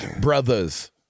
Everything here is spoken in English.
brothers